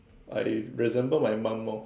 I resemble my mum more